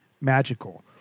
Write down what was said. magical